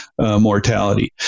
mortality